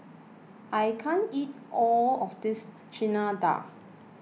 I can't eat all of this Chana Dal